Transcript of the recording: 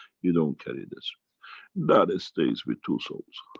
you don't carry this that stays with two souls.